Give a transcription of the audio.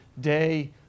day